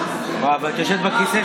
אבל יהיו לך עוד הרבה שנים